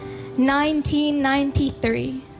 1993